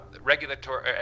regulatory